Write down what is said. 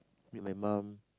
meet my mum